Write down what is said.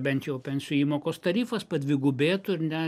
bent jau pensijų įmokos tarifas padvigubėtų ir ne